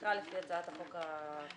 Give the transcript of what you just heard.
נקרא לפי הצעת החוק הפרטית